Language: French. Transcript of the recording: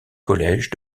collège